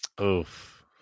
Oof